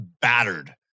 battered